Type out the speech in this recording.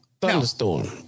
thunderstorm